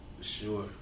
Sure